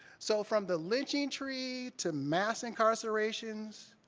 so from the lynching tree to mass incarcerations,